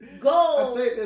go